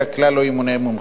וכלל לא ימונה מומחה.